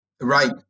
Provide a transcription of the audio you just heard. Right